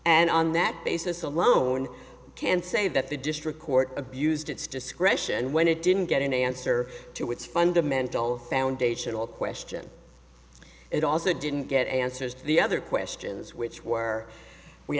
and on that basis alone can say that the district court abused its discretion when it didn't get an answer to its fundamental foundational question it also didn't get answers to the other questions which were we